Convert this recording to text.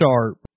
sharp